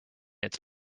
its